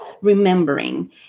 remembering